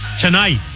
tonight